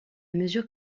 mesure